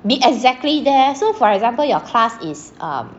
be exactly there so for example your class is uh